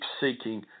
seeking